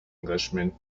englishman